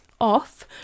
off